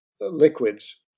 liquids